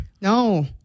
No